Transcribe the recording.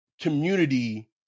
community